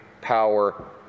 power